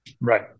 right